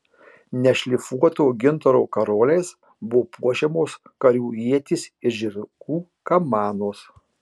nešlifuoto gintaro karoliais buvo puošiamos karių ietys ir žirgų kamanos